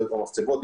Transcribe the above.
המחצבות,